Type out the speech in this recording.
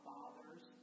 Father's